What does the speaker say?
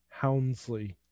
Houndsley